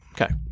Okay